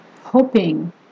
Hoping